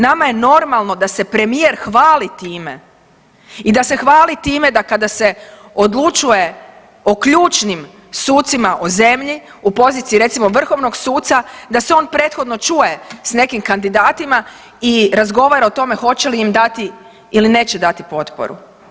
Nama je normalno da se premijer hvali time i da se hvali time da kada se odlučuje o ključnim sucima u zemlji, u poziciji recimo vrhovnog suca, da se on prethodno čuje s nekim kandidatima i razgovara o tome hoće li im da ti ili neće dati potporu.